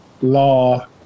law